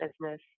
business